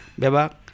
bebak